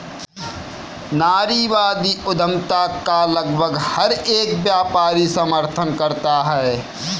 नारीवादी उद्यमिता का लगभग हर एक व्यापारी समर्थन करता है